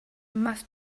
must